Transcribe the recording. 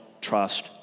trust